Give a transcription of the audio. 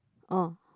oh